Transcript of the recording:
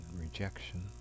rejection